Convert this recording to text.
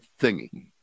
thingy